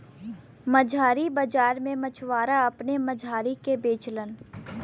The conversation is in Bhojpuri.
मछरी बाजार में मछुआरा अपने मछरी के बेचलन